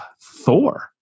Thor